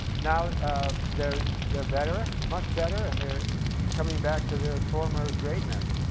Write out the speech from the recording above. now, um they're they're better, much better, and they're coming back to their former greatness.